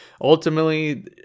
ultimately